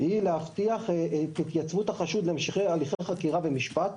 היא להבטיח את התייצבות החשוד להמשך הליכי החקירה במשפט.